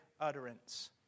utterance